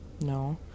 No